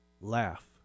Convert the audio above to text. laugh